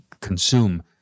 consume